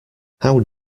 how